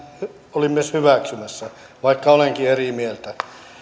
olin myös hyväksymässä vaikka olenkin eri mieltä